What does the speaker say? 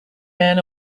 men